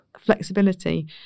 Flexibility